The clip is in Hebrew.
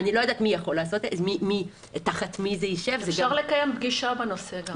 אני לא יודעת תחת מי זה יישב --- אפשר לקיים פגישה בנושא.